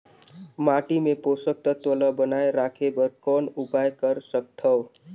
माटी मे पोषक तत्व ल बनाय राखे बर कौन उपाय कर सकथव?